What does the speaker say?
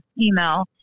email